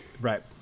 Right